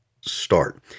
Start